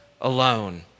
alone